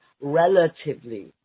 relatively